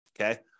okay